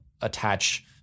attach